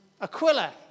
Aquila